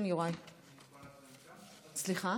כן, יוראי, אני יכול להצביע מכאן?